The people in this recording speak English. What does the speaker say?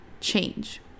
Change